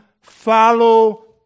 follow